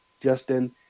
Justin